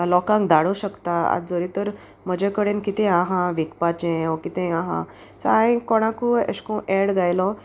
लोकांक धाडूं शकता आज जरी तर म्हजे कडेन कितें आहा विकपाचें ओ कितें आहा सो हांयेन कोणाकूय अेशकोन्न एड गायलो